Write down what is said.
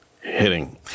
hitting